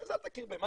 --- אז אל תכיר בהן,